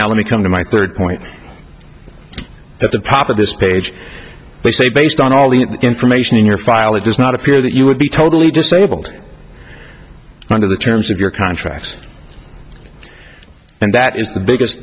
now let me come to my third point that the pop of this page they say based on all the information in your file it does not appear that you would be totally disabled under the terms of your contract and that is the biggest